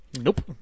nope